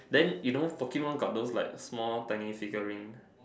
then you know Pokemon got those like small tiny figurine